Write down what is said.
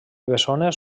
bessones